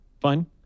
Fine